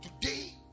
today